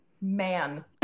man